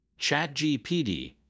ChatGPD